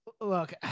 look